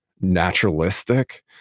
naturalistic